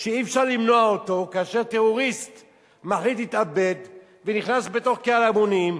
שאי-אפשר למנוע אותו כאשר טרוריסט מחליט להתאבד ונכנס בתוך קהל המונים,